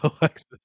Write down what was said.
Alexis